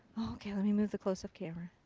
okay. let me move the close-up camera.